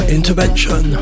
Intervention